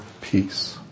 peace